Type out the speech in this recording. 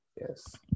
Yes